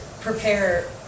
prepare